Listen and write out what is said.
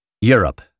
Europe